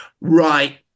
Right